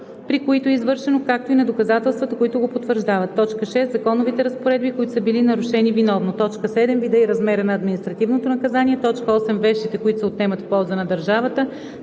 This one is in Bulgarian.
при които е извършено, както и на доказателствата, които го потвърждават; 6. законовите разпоредби, които са били нарушени виновно; 7. вида и размера на административното наказание; 8. вещите, които се отнемат в полза на държавата;